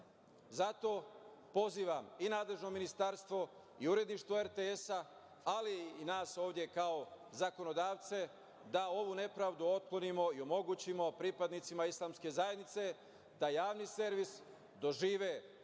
pozivam i nadležno ministarstvo i uredništvo RTS, ali i nas ovde kao zakonodavce da ovu nepravdu otklonimo i omogućimo pripadnicima Islamske zajednice da javni servis dožive